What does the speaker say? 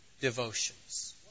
devotions